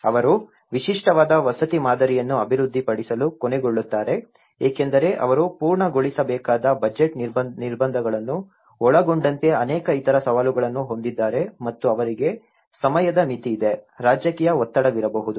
ಅವರು ವಿಶಿಷ್ಟವಾದ ವಸತಿ ಮಾದರಿಯನ್ನು ಅಭಿವೃದ್ಧಿಪಡಿಸಲು ಕೊನೆಗೊಳ್ಳುತ್ತಾರೆ ಏಕೆಂದರೆ ಅವರು ಪೂರ್ಣಗೊಳಿಸಬೇಕಾದ ಬಜೆಟ್ ನಿರ್ಬಂಧಗಳನ್ನು ಒಳಗೊಂಡಂತೆ ಅನೇಕ ಇತರ ಸವಾಲುಗಳನ್ನು ಹೊಂದಿದ್ದಾರೆ ಮತ್ತು ಅವರಿಗೆ ಸಮಯದ ಮಿತಿ ಇದೆ ರಾಜಕೀಯ ಒತ್ತಡವಿರಬಹುದು